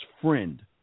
friend